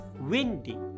windy